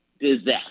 disaster